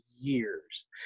years